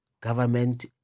Government